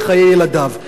וחיי ילדיו.